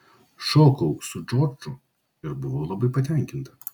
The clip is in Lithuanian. šokau su džordžu ir buvau labai patenkinta